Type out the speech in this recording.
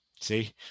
See